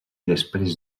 després